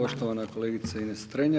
poštovana kolegice Ines Strenja.